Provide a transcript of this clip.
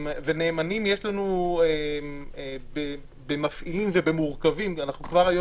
נאמנים יש לנו במפעילים ובמורכבים כבר היום